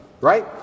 right